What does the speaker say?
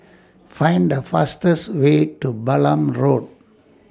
Find The fastest Way to Balam Road